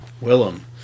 Willem